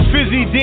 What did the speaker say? Fizzy